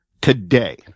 today